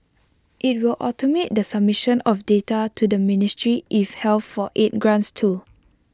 IT will automate the submission of data to the ministry if health for aid grants too